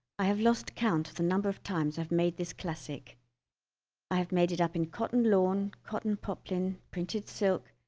i have lost count of the number of times i have made this classic i have made it up in cotton lawn, cotton poplin printed silk,